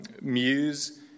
Muse